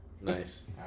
Nice